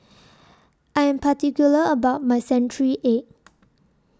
I Am particular about My Century Egg